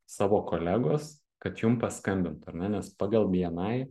savo kolegos kad jum paskambintų ar ne nes pagal bni